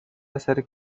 hacer